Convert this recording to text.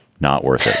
not worth it.